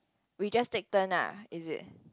we just take turn ah is it